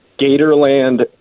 Gatorland